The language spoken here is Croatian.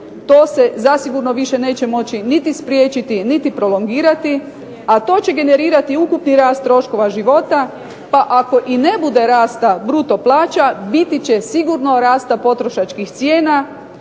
to se zasigurno više neće moći niti spriječiti, niti prolongirati, a to će generirati ukupni rast troškova života, pa ako i ne bude rasta bruto plaća, biti će sigurno rasta potrošačkih cijena,